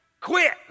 quit